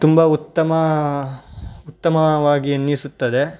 ತುಂಬ ಉತ್ತಮ ಉತ್ತಮವಾಗಿ ಅನ್ನಿಸುತ್ತದೆ